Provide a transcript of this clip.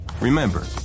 Remember